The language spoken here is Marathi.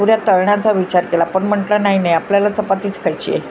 पुऱ्या तळण्याचा विचार केला पण म्हटलं नाही नाही आपल्याला चपातीच खायची आहे